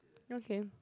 okay